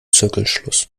zirkelschluss